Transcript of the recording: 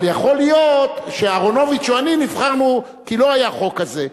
אבל יכול להיות שאהרונוביץ או אני נבחרנו כי לא היה החוק הזה.